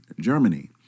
Germany